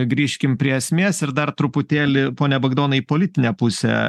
grįžkim prie esmės ir dar truputėlį pone bagdonai į politinę pusę